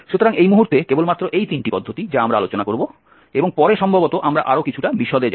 সুতরাং এই মুহুর্তে কেবলমাত্র এই তিনটি পদ্ধতি যা আমরা আলোচনা করব এবং পরে সম্ভবত আমরা আরও কিছুটা বিশদে যাব